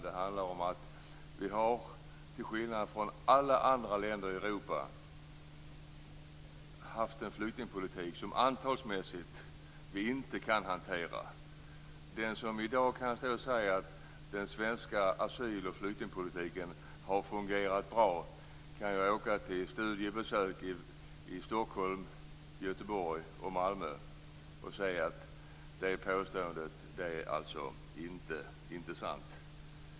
Det handlar om att vi, till skillnad från alla andra länder i Europa, har haft en flyktingpolitik som vi antalsmässigt inte kan hantera. Den som i dag säger att den svenska asyl och flyktingpolitiken har fungerat bra kan åka på studiebesök till Stockholm, Göteborg och Malmö och se att det påståendet inte är sant.